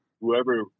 whoever